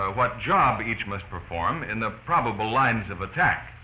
what job each must perform in the probable lines of attack